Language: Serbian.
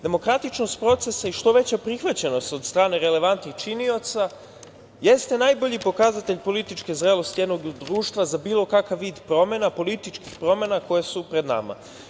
Demokratičnost procesa i što veća prihvaćenost od strane relevantnih činioca jeste najbolji pokazatelj političke zrelosti jednog društva za bilo kakav vid promena, političkih promena koje su pred nama.